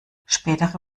spätere